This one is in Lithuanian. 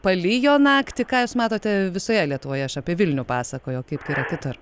palijo naktį ką jūs matote visoje lietuvoje aš apie vilnių pasakoju o kaip yra kitur